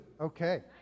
Okay